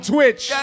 Twitch